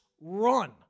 run